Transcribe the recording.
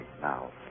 now